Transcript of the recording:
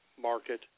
market